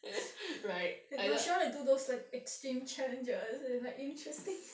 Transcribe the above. eh no like she want to do those like extreme challenges like interesting